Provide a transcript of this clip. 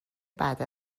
بعد